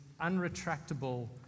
unretractable